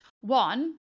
One